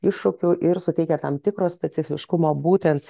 iššūkių ir suteikia tam tikro specifiškumo būtent